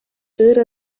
ырӑ